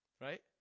Right